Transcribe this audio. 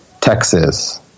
Texas